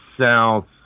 South